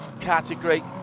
category